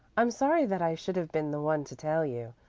i'm sorry that i should have been the one to tell you,